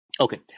Okay